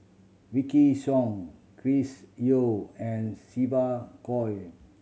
Wykidd Song Chris Yeo and Siva Choy